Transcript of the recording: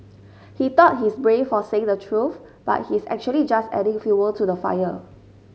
he thought he's brave for saying the truth but he's actually just adding fuel to the fire